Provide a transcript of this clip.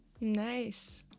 Nice